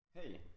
Hey